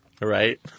Right